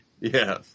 Yes